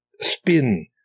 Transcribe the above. spin